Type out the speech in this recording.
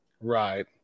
Right